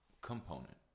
component